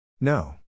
No